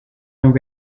and